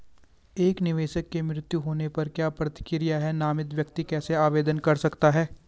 एक निवेशक के मृत्यु होने पर क्या प्रक्रिया है नामित व्यक्ति कैसे आवेदन कर सकता है?